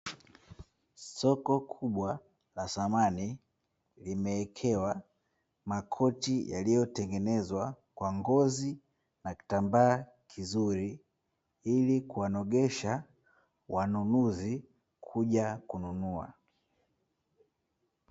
Soko kubwa la samani limewekewa makochi ya ngozi na kitambaa kizuri, ili kuwanogesha wanunuzi kuja kununua.